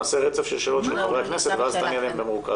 נעשה רצף של שאלות של חברי הכנסת ואז תעני במרוכז.